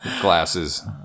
glasses